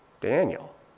Daniel